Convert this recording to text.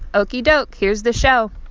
okey-doke. here's the show